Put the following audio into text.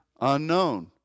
unknown